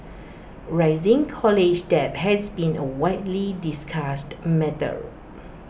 rising college debt has been A widely discussed matter